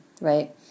Right